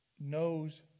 knows